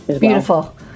Beautiful